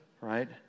right